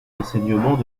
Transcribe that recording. enseignements